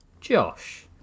Josh